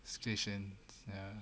situations ya